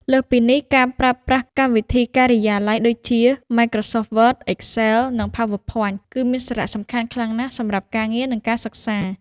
លើសពីនេះ ការប្រើប្រាស់កម្មវិធីការិយាល័យដូចជា Microsoft Word, Excel, និង PowerPoint គឺមានសារៈសំខាន់ខ្លាំងណាស់សម្រាប់ការងារនិងការសិក្សា។